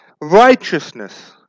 righteousness